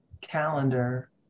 calendar